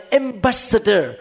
ambassador